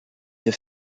deux